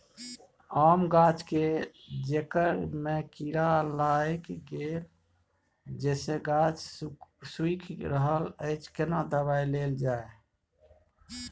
आम गाछ के जेकर में कीरा लाईग गेल जेसे गाछ सुइख रहल अएछ केना दवाई देल जाए?